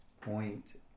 Point